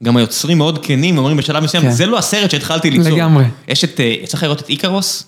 גם היוצרים מאוד כנים אומרים בשלב מסוים, זה לא הסרט שהתחלתי ליצור. זה לגמרי. יש את... יצא לך לראות את איקרוס?